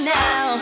now